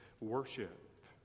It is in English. worship